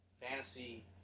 fantasy